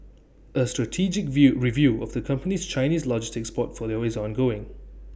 A strategic view review of the company's Chinese logistics portfolio is ongoing